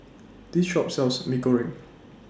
This Shop sells Mee Goreng